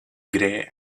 grey